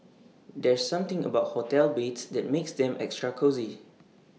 there's something about hotel beds that makes them extra cosy